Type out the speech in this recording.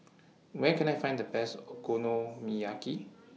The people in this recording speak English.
Where Can I Find The Best Okonomiyaki